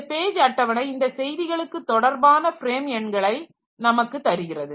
இந்த பேஜ் அட்டவணை இந்த செய்திகளுக்கு தொடர்பான ஃப்ரேம் எண்களை நமக்கு தருகிறது